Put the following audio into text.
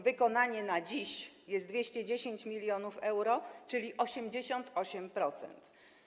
Wykonanie na dziś to 210 mln euro, czyli 88%.